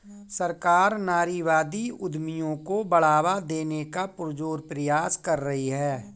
सरकार नारीवादी उद्यमियों को बढ़ावा देने का पुरजोर प्रयास कर रही है